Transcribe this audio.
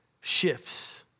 shifts